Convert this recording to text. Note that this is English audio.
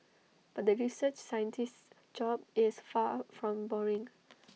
but the research scientist's job is far from boring